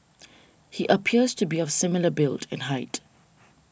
he appears to be of similar build and height